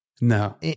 No